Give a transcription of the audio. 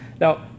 Now